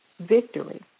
victory